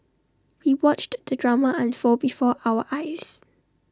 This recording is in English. we watched the drama unfold before our eyes